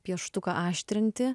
pieštuką aštrinti